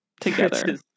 together